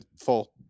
full